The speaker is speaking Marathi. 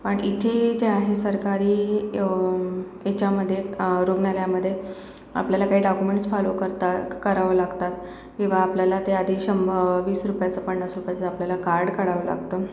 पण इथे जे आहे सरकारी याच्यामध्ये रुग्णालयामध्ये आपल्याला काही डॉक्युमेंट्स फॉलो करतात करावं लागतात किंवा आपल्याला त्या आधी शं वीस रुपयाचं पन्नास रुपयाचं आपल्याला कार्ड काढावं लागतं